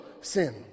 sin